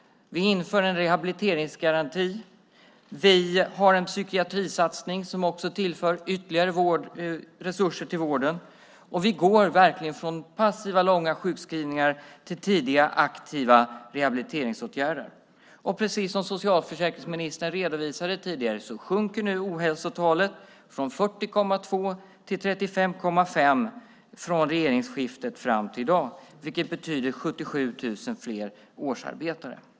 Vi inför en rehabiliteringsgaranti. Vi gör en psykiatrisatsning som också tillför ytterligare resurser till vården, och vi går verkligen från passiva långa sjukskrivningar till tidiga aktiva rehabiliteringsåtgärder. Precis som socialförsäkringsministern redovisade tidigare har ohälsotalet sedan regeringsskiftet fram till i dag sjunkit från 40,2 till 35,5, vilket betyder 77 000 fler årsarbetare.